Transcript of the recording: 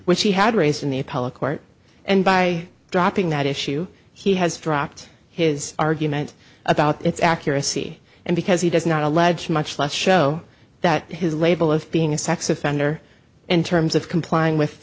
which he had raised in the appellate court and by dropping that issue he has dropped his argument about its accuracy and because he does not allege much less show that his label of being a sex offender in terms of complying with